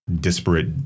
disparate